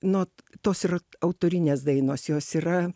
nuo tos ir autorinės dainos jos yra